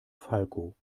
falco